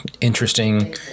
interesting